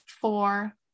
four